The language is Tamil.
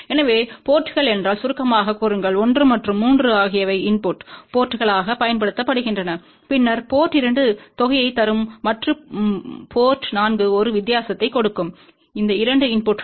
எனவே போர்ட்ங்கள் என்றால் சுருக்கமாகக் கூறுங்கள் 1 மற்றும் 3 ஆகியவை இன்புட்டு போர்ட்ங்களாகப் பயன்படுத்தப்படுகின்றன பின்னர் போர்ட் 2 தொகையைத் தரும் மற்றும் போர்ட் 4 ஒரு வித்தியாசத்தைக் கொடுக்கும் இந்த 2 இன்புட்கள்